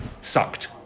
sucked